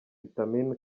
vitamine